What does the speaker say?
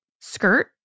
skirt